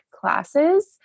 classes